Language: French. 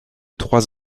trois